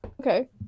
Okay